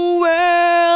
world